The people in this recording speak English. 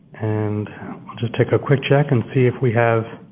and just take a quick check and see if we have